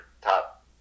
top